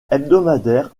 hebdomadaire